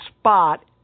spot